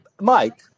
Mike